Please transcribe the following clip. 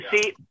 see